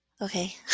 Okay